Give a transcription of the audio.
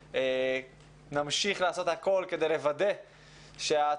אנחנו נמשיך לעשות הכול כדי לוודא שההצהרה